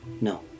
No